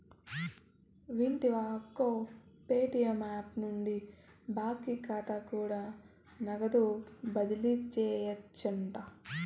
వింటివా అక్కో, Paytm app నుండి బాకీ కాతా కూడా నగదు బదిలీ సేయొచ్చంట